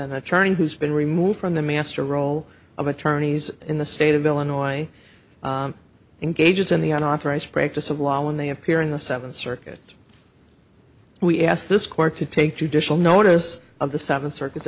an attorney who's been removed from the master role of attorneys in the state of illinois engages in the authorized practice of law when they appear in the seventh circuit we ask this court to take judicial notice of the seven circuits